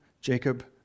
Jacob